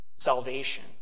salvation